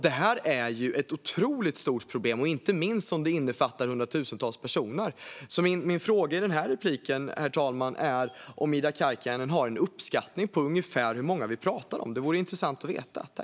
Detta är alltså ett otroligt stort problem, inte minst som det innefattar hundratusentals personer. Min fråga i denna replik, herr talman, är om Ida Karkiainen har en uppskattning av ungefär hur många vi pratar om. Det vore intressant att veta.